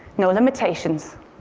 no limitations.